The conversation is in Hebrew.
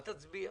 אל תצביע.